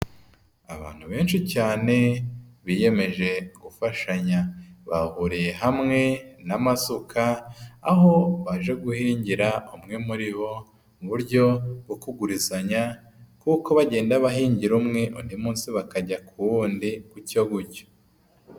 Abantu benshi cyane biyemeje gufashanya, bahuriye hamwe n'amasuka, aho baje guhingira umwe muri bo, mu buryo bwo kugurizanya kuko bagenda bahingira umwe, undi munsi bakajya ku wundi gutyo gutyo.